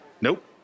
Nope